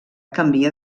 canvia